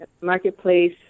marketplace